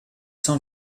cent